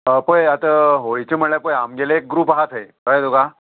हय पय आतां होळीचें म्हणल्यार पय आमगेले एक ग्रूप आहा थंय कळ्ळें तुका